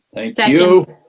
thank yeah you.